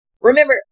Remember